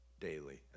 daily